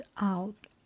out